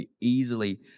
easily